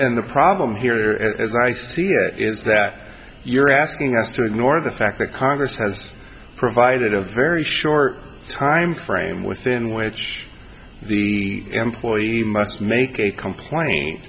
and the problem here as i see it is that you're asking us to ignore the fact that congress has provided a very short time frame within which the employee must make a complaint